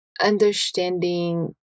understanding